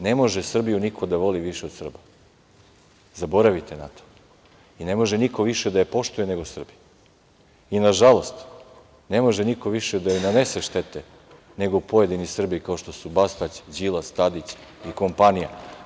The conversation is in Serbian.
Ne može Srbiju niko da voli više od Srba, zaboravite na to, i ne može niko više da je poštuje nego Srbi i na žalost ne može niko više da je nanese štete, nego pojedini Srbi kao što su Bastać, Đilas, Tadić i kompanija.